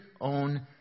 own